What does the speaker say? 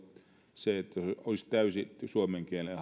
se että olisi täysi suomen kielen